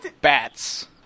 bats